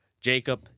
Jacob